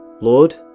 Lord